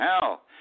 hell